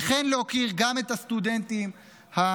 וכן כדי להוקיר גם את הסטודנטים המפונים